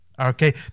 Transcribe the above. Okay